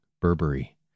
Burberry